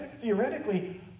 theoretically